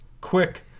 quick